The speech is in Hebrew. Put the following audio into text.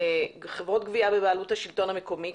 חברות גבייה בבעלות השלטון המקומי,